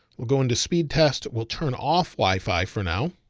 we'll go into speed. test. we'll turn off wifi for now.